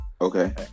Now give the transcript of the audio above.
okay